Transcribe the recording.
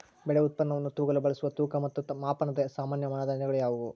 ಬೆಳೆ ಉತ್ಪನ್ನವನ್ನು ತೂಗಲು ಬಳಸುವ ತೂಕ ಮತ್ತು ಮಾಪನದ ಸಾಮಾನ್ಯ ಮಾನದಂಡಗಳು ಯಾವುವು?